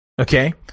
Okay